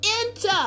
enter